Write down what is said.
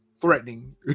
threatening